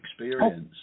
experience